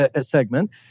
segment